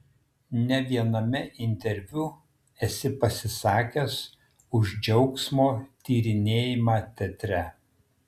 ne viename interviu esi pasisakęs už džiaugsmo tyrinėjimą teatre